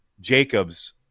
Jacobs